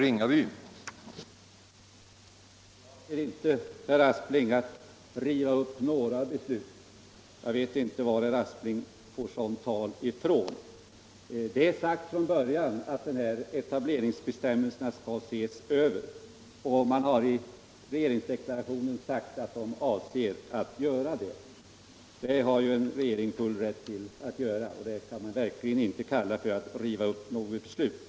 Herr talman! Jag avser inte, herr Aspling, att riva upp några beslut. Onsdagen den Jag vet inte varifrån herr Aspling får sådant tal. Det är sagt från början 10 november 1976 att etableringsbestämmelserna skall ses över. I regeringsdeklaraionen C sägs att så skall ske. Det har en regering full rätt att göra. Det kan — Vissa tandvårdsfråman verkligen inte kalla för att riva upp ett beslut.